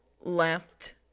left